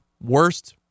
worst